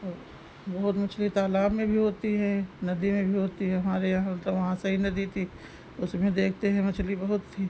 और बहुत मछली तालाब में भी होती हैं नदी में भी होती हैं हमारे यहाँ तो वहाँ सई नदी थी उसमें देखते हैं मछली बहुत थी